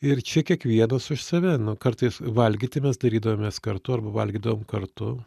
ir čia kiekvienas už save nu kartais valgyti mes darydavomės kartu arba valgydavom kartu